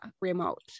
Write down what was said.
remote